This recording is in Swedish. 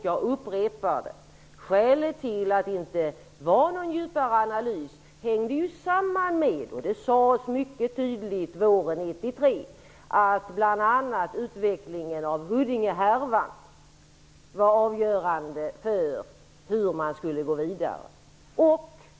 Jag upprepar att skälet till att det inte gjordes någon djupare analys hängde samman med -- det sades mycket tydligt våren 1993 -- att bl.a. utvecklingen av Huddingehärvan var avgörande för hur man skulle gå vidare.